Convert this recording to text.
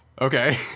Okay